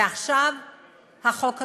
ועכשיו החוק הנוכחי.